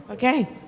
Okay